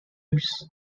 news